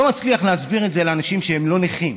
לא מצליח להסביר את זה לאנשים שהם לא נכים,